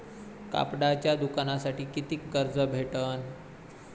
कापडाच्या दुकानासाठी कितीक कर्ज भेटन?